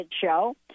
show